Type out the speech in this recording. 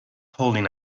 holding